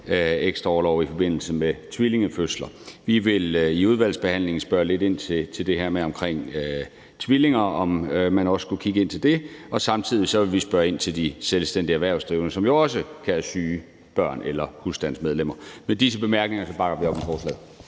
ekstra orlov i forbindelse med tvillingefødsler. Vi vil i udvalgsbehandlingen spørge lidt ind til det her omkring tvillinger – om man også skulle kigge på det – og samtidig vil vi spørge ind til de selvstændigt erhvervsdrivende, som jo også kan have syge børn eller husstandsmedlemmer. Med disse bemærkninger bakker vi op om forslaget.